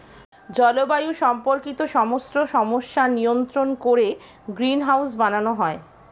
জলবায়ু সম্পর্কিত সমস্ত সমস্যা নিয়ন্ত্রণ করে গ্রিনহাউস বানানো হয়